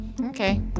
Okay